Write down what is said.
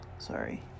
Sorry